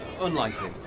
Unlikely